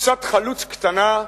קבוצת חלוץ קטנה,